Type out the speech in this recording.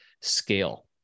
scale